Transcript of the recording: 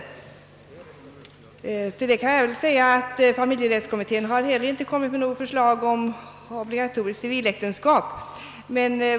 Gentemot detta vill jag framhålla att familjerättskommittén inte heller framlagt något förslag om obligatoriskt civiläktenskap.